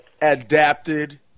adapted